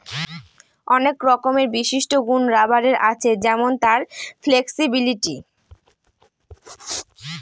অনেক রকমের বিশিষ্ট গুন রাবারের আছে যেমন তার ফ্লেক্সিবিলিটি